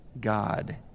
God